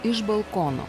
iš balkono